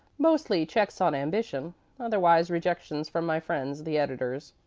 mostly checks on ambition otherwise, rejections from my friends the editors.